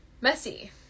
messy